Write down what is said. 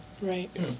Right